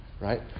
right